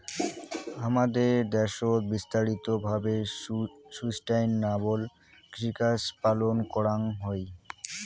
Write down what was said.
হামাদের দ্যাশোত বিস্তারিত ভাবে সুস্টাইনাবল কৃষিকাজ পালন করাঙ হই